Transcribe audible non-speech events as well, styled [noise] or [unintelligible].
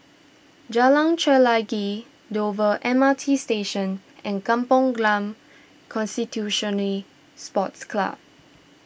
Jalan Chelagi Dover M R T Station and Kampong Glam constitution [unintelligible] Sports Club